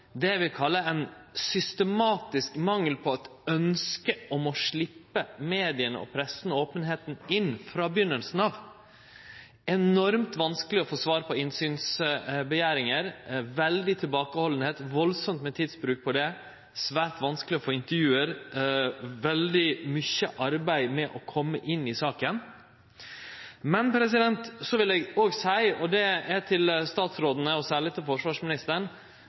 eg vil kalle ein systematisk mangel på ønske om å sleppe til media og pressa – mangel på openheit. Det var enormt vanskeleg å få svar på krav om innsyn – stort atterhald og voldsomt med tidsbruk på det – svært vanskeleg å få intervju, veldig mykje arbeid med å kome inn i saka. Eg vil òg seie – til statsrådane, og særleg til forsvarsministeren – at eg